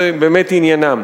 זה באמת עניינם.